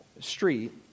street